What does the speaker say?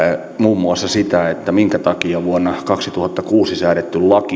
muun muassa sitä minkä takia vuonna kaksituhattakuusi säädetyssä laissa kanta